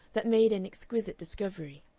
that made an exquisite discovery.